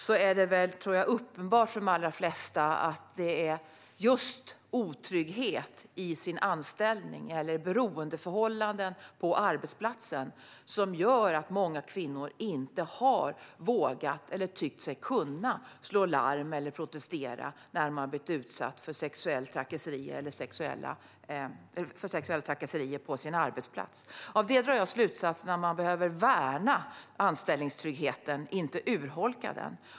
Jag tror att det är uppenbart för de allra flesta att det är just otrygghet i anställningen eller beroendeförhållanden på arbetsplatsen som har lett till att många kvinnor inte har vågat eller tyckt sig kunna slå larm eller protestera när de har utsatts för sexuella trakasserier på sina arbetsplatser. Av det drar jag slutsatsen att man behöver värna anställningstryggheten, inte urholka den.